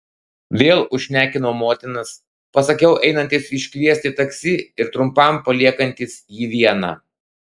vėl užšnekinau motinas pasakiau einantis iškviesti taksi ir trumpam paliekantis jį vieną